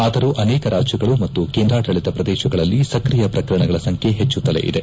ಆದರೂ ಅನೇಕ ರಾಜ್ಯಗಳು ಮತ್ತು ಕೇಂದ್ರಾಡಳಿತ ಪ್ರದೇಶಗಳಲ್ಲಿ ಸಕ್ರಿಯ ಪ್ರಕರಣಗಳ ಸಂಬ್ಲೆ ಹೆಚ್ಚುತ್ತಲೇ ಇದೆ